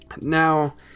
Now